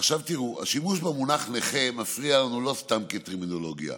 השימוש במונח מפריע לנו לא סתם כטרמינולוגיה,